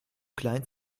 klein